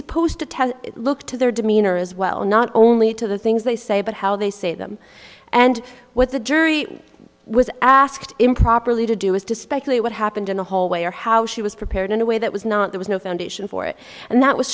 supposed to tell look to their demeanor as well not only to the things they say but how they say them and what the jury was asked improperly to do is to speculate what happened in the hallway or how she was prepared in a way that was not there was no foundation for it and that was